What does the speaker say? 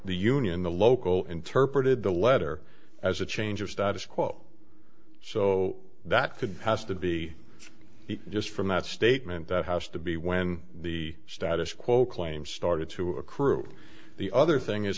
the union the local interpreted the letter as a change of status quo so that could has to be just from that statement that has to be when the status quo claims started to accrue the other thing is